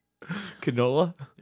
Canola